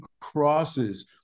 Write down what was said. crosses